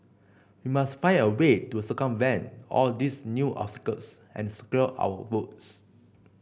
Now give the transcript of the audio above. we must find a way to circumvent all these new obstacles and secure our votes